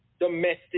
domestic